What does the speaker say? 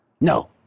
no